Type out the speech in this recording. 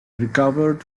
recovered